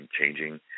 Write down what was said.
changing